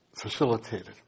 facilitated